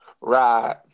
Right